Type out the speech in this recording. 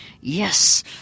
Yes